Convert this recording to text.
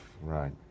Right